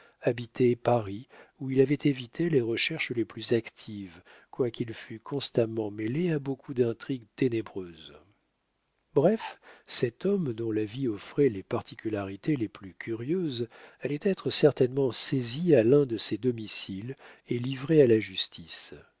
habiter paris où il avait évité les recherches les plus actives quoiqu'il fût constamment mêlé à beaucoup d'intrigues ténébreuses bref cet homme dont la vie offrait les particularités les plus curieuses allait être certainement saisi à l'un de ses domiciles et livré à la justice